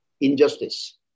injustice